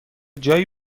جایی